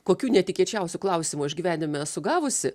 kokių netikėčiausių klausimų aš gyvenime esu gavusi